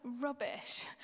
rubbish